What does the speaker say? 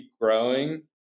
growing